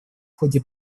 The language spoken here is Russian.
ходе